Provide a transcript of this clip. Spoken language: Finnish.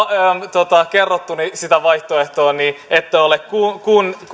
on kerrottu sitä vaihtoehtoa ette ole